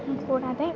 കൂടാതെ